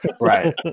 Right